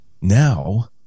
Now